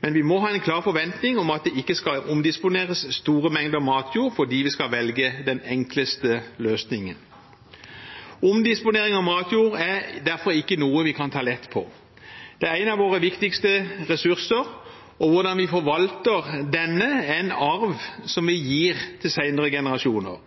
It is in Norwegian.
men vi må ha en klar forventning om at det ikke skal omdisponeres store mengder matjord fordi vi skal velge den enkleste løsningen. Omdisponering av matjord er derfor ikke noe vi kan ta lett på. Det er en av våre viktigste ressurser, og hvordan vi forvalter denne, er en arv vi gir til senere generasjoner.